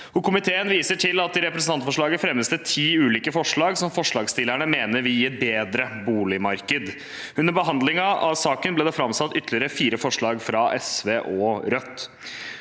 Komiteen viser til at i representantforslaget fremmes det ti ulike forslag som forslagsstillerne mener vil gi et bedre boligmarked. Under behandlingen av saken ble det framsatt ytterligere fire forslag, fra SV og Rødt.